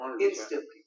Instantly